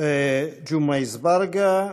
ג'מעה אזברגה,